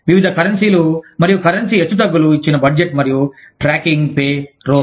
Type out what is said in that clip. వివిధ కరెన్సీలు మరియు కరెన్సీ హెచ్చుతగ్గులు ఇచ్చిన బడ్జెట్ మరియు ట్రాకింగ్ పేరోల్